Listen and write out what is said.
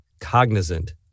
cognizant